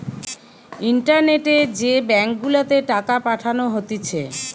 ইন্টারনেটে যে ব্যাঙ্ক গুলাতে টাকা পাঠানো হতিছে